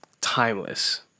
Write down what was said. timeless